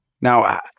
Now